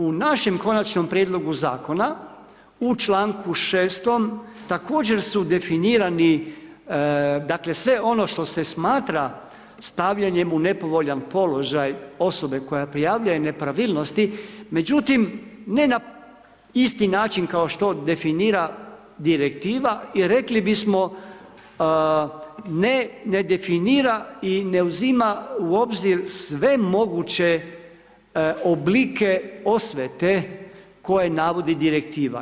U našem Konačnom prijedlogu Zakona u članku 6. također su definirani, dakle sve ono što se smatra stavljanjem u nepovoljan položaj osobe koja prijavljuje nepravilnosti međutim ne na isti način kao što definira direktiva i rekli bismo ne definira i ne uzima u obzir sve moguće oblike osvete koje navodi direktiva.